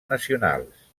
nacionals